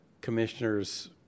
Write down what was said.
Commissioner's